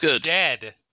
dead